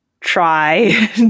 try